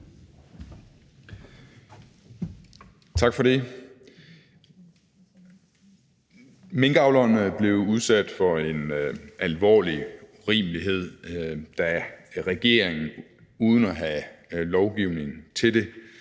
Tak for det. Minkavlerne blev udsat for en alvorlig urimelighed, da regeringen uden at have lovgivningen til det